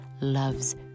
loves